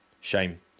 Shame